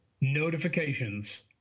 notifications